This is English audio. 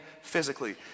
physically